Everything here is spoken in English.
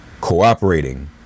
cooperating